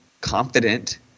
confident